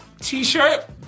t-shirt